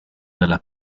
della